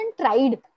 tried